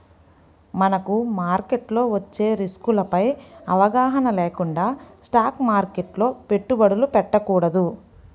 మనకు మార్కెట్లో వచ్చే రిస్కులపై అవగాహన లేకుండా స్టాక్ మార్కెట్లో పెట్టుబడులు పెట్టకూడదు